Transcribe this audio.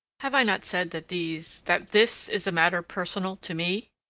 have i not said that these. that this is a matter personal to me?